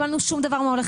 לא.